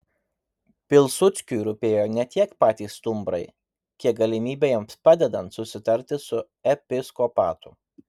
pilsudskiui rūpėjo ne tiek patys stumbrai kiek galimybė jiems padedant susitarti su episkopatu